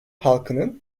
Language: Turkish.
halkının